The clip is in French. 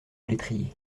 l’étrier